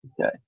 Okay